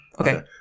Okay